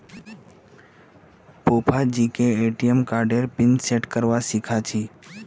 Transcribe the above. फूफाजीके ए.टी.एम कार्डेर pin set करवा सीखा छि